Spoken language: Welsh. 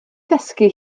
ddysgu